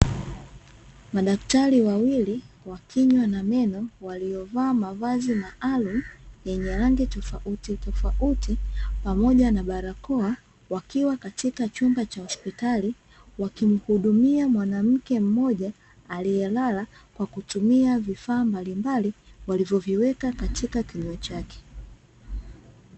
Madaktari wawili wa kinywa na meno waliovaa mavazi maalumu yenye rangi tofautitofauti pamoja na barakoa wakiwa katika chumba cha hospitali, wakimuhudumia mwanamke mmoja aliyelala kwa kutumia vifaa mbalimbali walivyoviweka katika kinywa chake.